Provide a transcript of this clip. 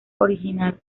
original